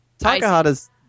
takahata's